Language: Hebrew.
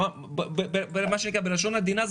בלשון עדינה,